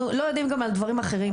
אבל הם גם לא יודעים על דברים אחרים.